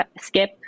skip